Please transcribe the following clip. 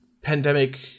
pandemic